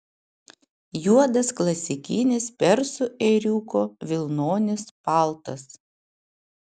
juodas klasikinis persų ėriuko vilnonis paltas